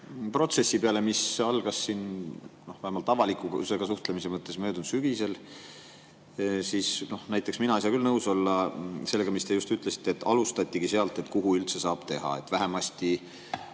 protsessi peale, mis algas vähemalt avalikkusega suhtlemise mõttes möödunud sügisel, siis näiteks mina ei saa küll nõus olla sellega, mis te just ütlesite, et alustati sealt, et kuhu üldse saab teha. Vähemasti